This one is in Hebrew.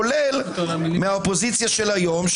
כולל מהאופוזיציה של היום,